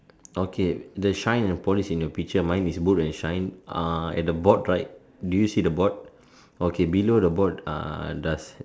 okay the shine and polish in your picture mine is boot and shine ah and the board right do you see the board okay below the board ah does